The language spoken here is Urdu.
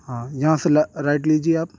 ہاں یہاں سے رائٹ لیجیے آپ